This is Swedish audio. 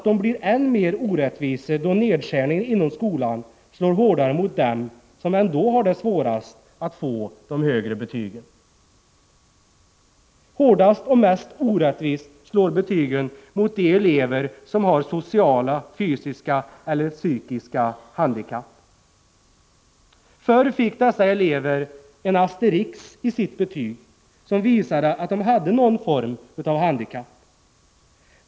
De blir orättvisa då nedskärningar inom skolan slår hårdare mot dem som ändå har det svårast att få de högre betygen. Hårdast och mest orättvist slår betygen mot de elever som har sociala, fysiska eller psykiska handikapp. Förr fick dessa elever en asterisk i sitt betyg som visade att de hade någon form av handikapp.